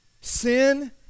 Sin